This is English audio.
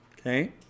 Okay